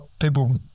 people